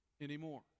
anymore